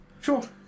Sure